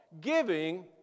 giving